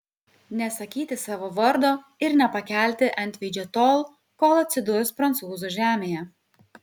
nesakyti savo vardo ir nepakelti antveidžio tol kol atsidurs prancūzų žemėje